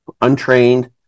untrained